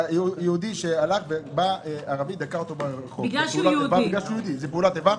יהודי שהלך ברחוב וערבי דקר אותו, זה פעולת איבה?